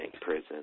Prison